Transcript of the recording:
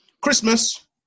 Christmas